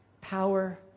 power